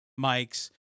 mics